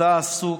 אתה עסוק,